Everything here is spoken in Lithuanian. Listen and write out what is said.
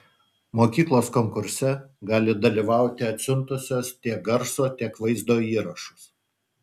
mokyklos konkurse gali dalyvauti atsiuntusios tiek garso tiek vaizdo įrašus